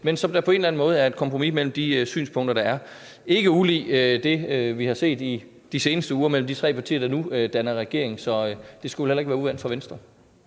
men som på en eller anden måde er et kompromis mellem de synspunkter, der er. Det er ikke ulig det, vi har set de seneste uger, mellem de tre partier, der nu danner regering. Så det skulle heller ikke være uvant for Venstre.